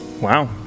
Wow